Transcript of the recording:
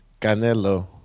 Canelo